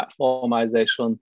platformization